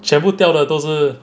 全部掉的都是